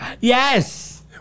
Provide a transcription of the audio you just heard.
Yes